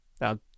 Now